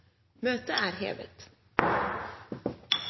Møtet er hevet.